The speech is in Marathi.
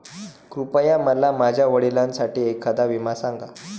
कृपया मला माझ्या वडिलांसाठी एखादा विमा सांगा